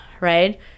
right